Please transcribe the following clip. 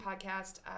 podcast